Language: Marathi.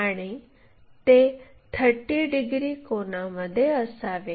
आणि ते 30 डिग्री कोनामध्ये असावे